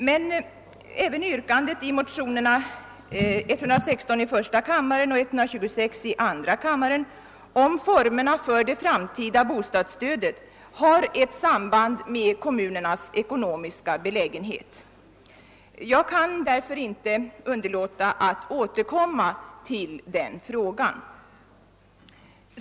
Men även yrkandet i motionerna I1:116 och 1I:126 om formerna för det framtida bostadsstödet har ett samband med kommunernas ekonomiska belägenhet. Jag kan därför inte underlåta att återkomma till den frågan.